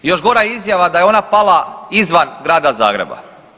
Još gora izjava da je ona pala izvan Grada Zagreba.